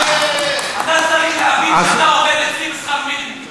אתה צריך להבין שאתה עובד אצלי בשכר מינימום.